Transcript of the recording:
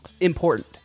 important